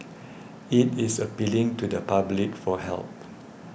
it is appealing to the public for help